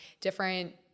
different